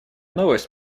новость